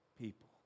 people